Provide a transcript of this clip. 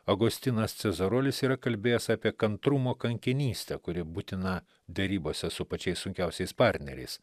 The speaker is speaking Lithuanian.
agustinas cezarulis yra kalbėjęs apie kantrumo kankinystę kuri būtina derybose su pačiais sunkiausiais partneriais